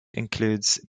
includes